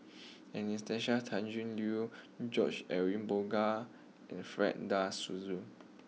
Anastasia Tjendri Liew George Edwin Bogaars and Fred De Souza